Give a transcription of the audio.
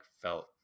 felt